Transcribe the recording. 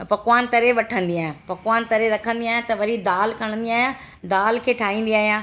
पकवान तरे वठंदी आहियां पकवान तरे रखंदी आहियां त वरी दाल खणंदी आहियां दाल खे ठाहींदी आहियां